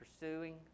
pursuing